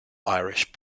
irish